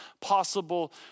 possible